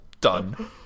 Done